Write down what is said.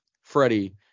Freddie –